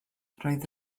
roedd